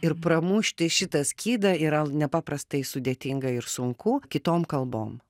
ir pramušti šitą skydą yra nepaprastai sudėtinga ir sunku kitom kalbom